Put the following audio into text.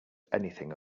anything